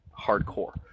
hardcore